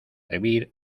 hervir